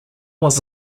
was